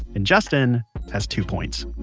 and justin has two points